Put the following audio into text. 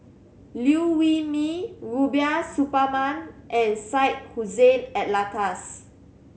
Liew Wee Mee Rubiah Suparman and Syed Hussein Alatas